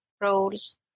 roles